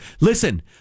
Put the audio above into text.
Listen